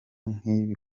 nk’ibi